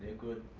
good.